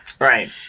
Right